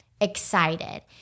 excited